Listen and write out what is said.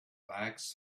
bags